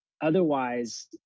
otherwise